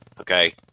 Okay